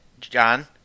John